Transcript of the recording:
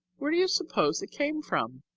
where do you suppose it came from?